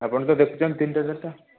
ଆପଣ ତ ଦେଖୁଛନ୍ତି ତିନିଟା ଚାରିଟା